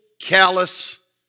callous